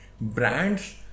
Brands